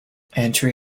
entry